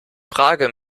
frage